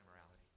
immorality